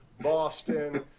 boston